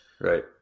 Right